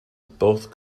both